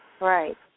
Right